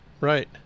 right